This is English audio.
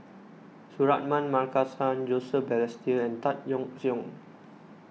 Suratman Markasan Joseph Balestier and Tan Yeok Seong